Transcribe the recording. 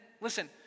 listen